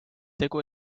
tegu